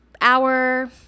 hour